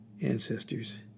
ancestors